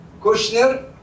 Kushner